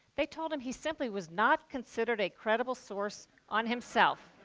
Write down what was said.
they told him he simply was not considered a credible source on himself.